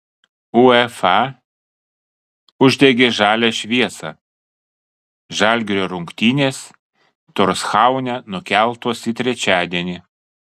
uefa uždegė žalią šviesą žalgirio rungtynės torshaune nukeltos į trečiadienį